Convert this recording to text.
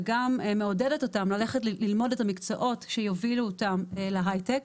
וגם מעודדת אותם ללכת ללמוד את המקצועות שיובילו אותם להיי-טק.